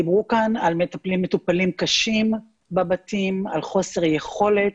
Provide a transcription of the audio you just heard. דיברו כאן על מטופלים קשים בבתים, על חוסר יכולת,